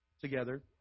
Together